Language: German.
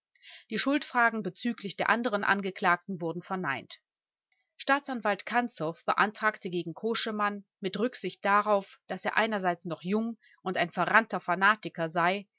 die schuldfragen bezüglich der anderen angeklagten wurden verneint staatsanwalt kanzow beantragte gegen koschemann mit rücksicht darauf daß er einerseits noch jung und ein verrannter fanatiker sei